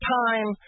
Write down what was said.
time